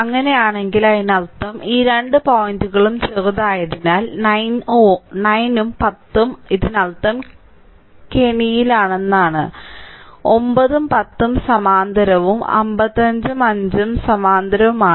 അങ്ങനെയാണെങ്കിൽ അതിനർത്ഥം ഈ രണ്ട് പോയിന്റുകളും ചെറുതായതിനാൽ 9 ഉം 10 ഉം ഇതിനർത്ഥം കെണിയിലാണെന്നാണ് 9 ഉം 10 ഉം സമാന്തരവും 55 ഉം 5 ഉം സമാന്തരവുമാണ്